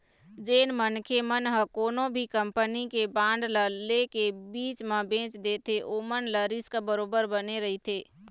जेन मनखे मन ह कोनो भी कंपनी के बांड ल ले के बीच म बेंच देथे ओमन ल रिस्क बरोबर बने रहिथे